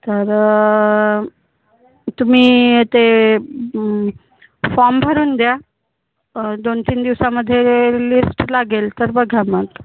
तर तुम्ही ते फॉम भरून द्या दोनतीन दिवसामध्ये लिस्ट लागेल तर बघा मग